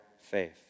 faith